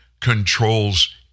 controls